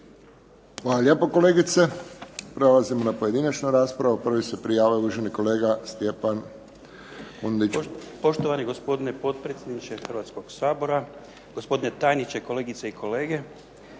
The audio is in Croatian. Hvala lijepo, kolegice. Prelazimo na pojedinačnu raspravu. Prvi se prijavio uvaženi kolega Stjepan Kundić. **Kundić, Stjepan (HDZ)** Poštovani gospodine potpredsjedniče Hrvatskoga sabora, gospodine tajniče, kolegice i kolege.